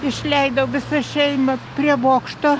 išleidau visą šeimą prie bokšto